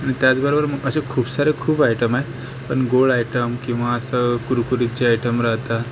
आणि त्याचबरोबर मग असे खूप सारे खूप आयटम आहे पण गोड आयटम किंवा असं कुरकुरीत जे आयटम राहतात